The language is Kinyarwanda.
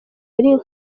ari